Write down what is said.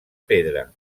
pedra